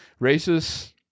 Racists